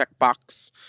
checkbox